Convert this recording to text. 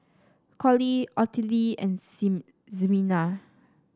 Collie Ottilie and Ximena